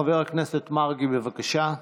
חבר הכנסת מרגי, בבקשה.